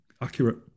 accurate